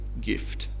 gift